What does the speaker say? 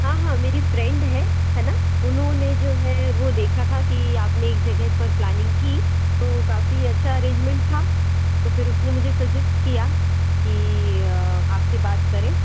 हाँ हाँ मेरी फ़्रेंड है है न उन्होंने जो है वह देखा था कि आपने एक जगह पर प्लानिंग की तो काफ़ी अच्छा अरेंजमेंट था तो फिर उसने मुझे सजेस्ट किया कि आपसे बात करें